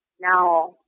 Now